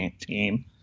team